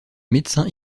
médecin